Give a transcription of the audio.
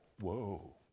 Whoa